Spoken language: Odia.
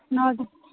ନଅଟା